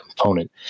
component